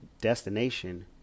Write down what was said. destination